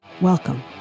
Welcome